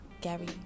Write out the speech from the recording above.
Gary